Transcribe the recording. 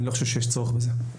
אני לא חושב שיש צורך בזה.